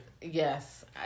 yes